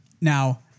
now